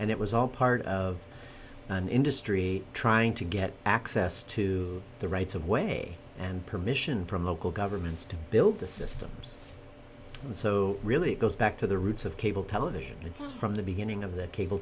and it was all part of an industry trying to get access to the rights of way and permission from local governments to build the systems and so really it goes back to the roots of cable television it's from the beginning of the cable